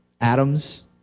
atoms